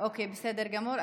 בסדר גמור.